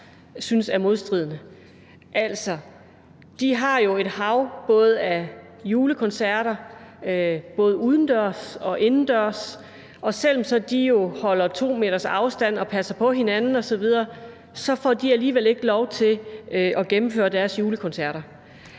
lytter med her, synes. Altså, de har jo et hav af julekoncerter både udendørs og indendørs, og selv om de så holder 2 meters afstand og passer på hinanden osv., får de alligevel ikke lov til at gennemføre deres julekoncerter.